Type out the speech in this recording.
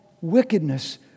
wickedness